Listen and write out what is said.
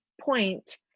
point